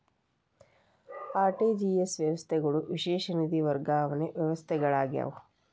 RTGS ವ್ಯವಸ್ಥೆಗಳು ವಿಶೇಷ ನಿಧಿ ವರ್ಗಾವಣೆ ವ್ಯವಸ್ಥೆಗಳಾಗ್ಯಾವ